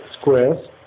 squares